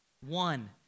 One